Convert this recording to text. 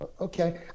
okay